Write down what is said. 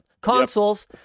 consoles